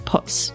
pots